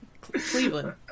Cleveland